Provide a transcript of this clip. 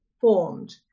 formed